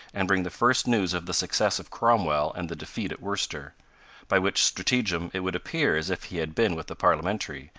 and bring the first news of the success of cromwell and the defeat at worcester by which stratagem it would appear as if he had been with the parliamentary,